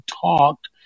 talked